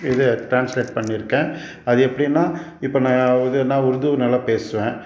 இது ட்ரான்ஸ்லேட் பண்ணி இருக்கேன் அது எப்படின்னா இப்போ நான் இது நான் உருது நல்லா பேசுவேன்